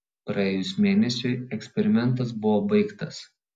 praėjus mėnesiui eksperimentas buvo baigtas